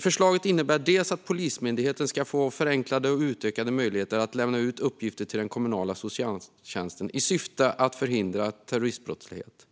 "Förslaget innebär att Polismyndigheten ska få förenklade och utökade möjligheter att lämna ut uppgifter till den kommunala socialtjänsten i syfte att förebygga terroristbrottslighet."